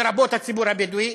לרבות הציבור הבדואי?